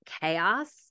chaos